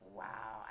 wow